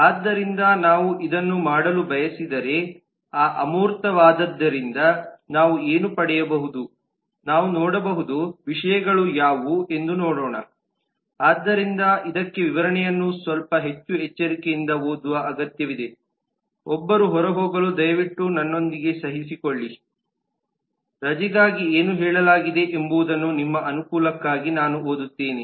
ಆದ್ದರಿಂದ ನಾವು ಇದನ್ನು ಮಾಡಲು ಬಯಸಿದರೆ ಆ ಅಮೂರ್ತವಾದದ್ದರಿಂದ ನಾವು ಏನು ಪಡೆಯಬಹುದು ನಾವು ನೋಡಬಹುದಾದ ವಿಷಯಗಳು ಯಾವುವು ಎಂದು ನೋಡೋಣ ಆದ್ದರಿಂದ ಇದಕ್ಕೆ ವಿವರಣೆಯನ್ನು ಸ್ವಲ್ಪ ಹೆಚ್ಚು ಎಚ್ಚರಿಕೆಯಿಂದ ಓದುವ ಅಗತ್ಯವಿದೆ ಒಬ್ಬರು ಹೊರಹೋಗಲು ದಯವಿಟ್ಟು ನನ್ನೊಂದಿಗೆ ಸಹಿಸಿಕೊಳ್ಳಿ ರಜೆಗಾಗಿ ಏನು ಹೇಳಲಾಗಿದೆ ಎಂಬುದನ್ನು ನಿಮ್ಮ ಅನುಕೂಲಕ್ಕಾಗಿ ನಾನು ಓದುತ್ತೇನೆ